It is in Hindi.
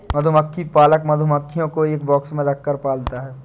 मधुमक्खी पालक मधुमक्खियों को एक बॉक्स में रखकर पालता है